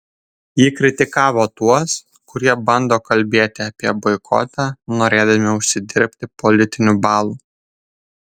ji kritikavo tuos kurie bando kalbėti apie boikotą norėdami užsidirbti politinių balų